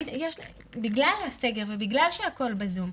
בגלל הסגר ובגלל שהכול בזום.